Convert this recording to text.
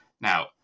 Now